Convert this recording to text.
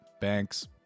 Banks